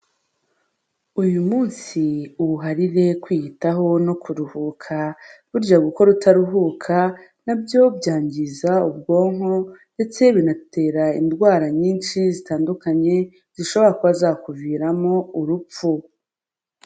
Uyu munsi uwuharine kwiyitaho no kuruhuka, burya gukora utaruhuka nabyo byangiza ubwonko ndetse binatera indwara nyinshi zitandukanye zishobora kuba zakuviramo urupfu.